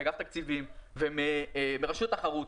אגף התקציבים ורשות התחרות,